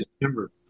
December